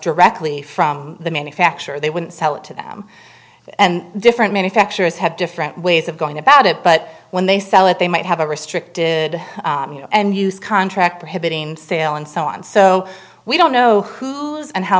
directly from the manufacturer they wouldn't sell it to them and different manufacturers have different ways of going about it but when they sell they might have a restricted and use contract prohibiting sale and so on so we don't know who is and how